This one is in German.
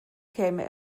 käme